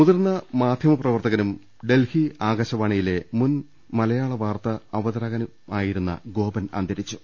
മുതിർന്ന മാധ്യമപ്രവർത്തകനും ഡൽഹി ആകാശവാണി യിലെ മുൻ മലയാള വാർത്താ അവതാരകനുമായിരുന്ന ഗോപൻ അന്തരിച്ചു